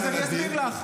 אז אני אסביר לך.